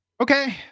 Okay